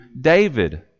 David